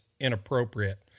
inappropriate